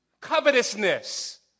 covetousness